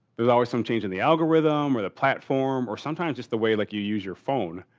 there's always some change in the algorithm or the platform, or sometimes just the way like you use your phone.